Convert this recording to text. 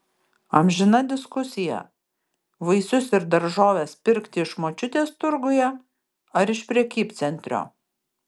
amžina diskusija vaisius ir daržoves pirkti iš močiutės turguje ar iš prekybcentrio